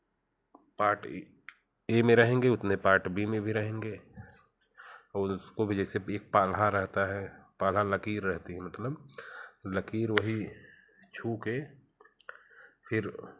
part इ A में रहेंगे उतने पार्ट बी में भी रहेंगे और उसको भी जैसे कि पाला रहता है पाला लकीर रहती है मतलब लकीर वही छू कर फिर